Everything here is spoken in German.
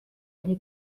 eine